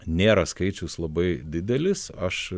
nėra skaičius labai didelis aš